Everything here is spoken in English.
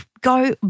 go